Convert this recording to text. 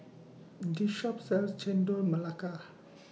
This Shop sells Chendol Melaka